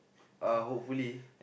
uh hopefully